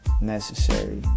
necessary